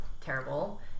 terrible